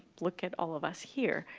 look at all of us here.